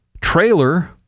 Trailer